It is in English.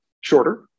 shorter